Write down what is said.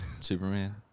Superman